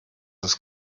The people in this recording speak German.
ist